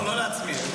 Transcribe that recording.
לא, לא לעצמי.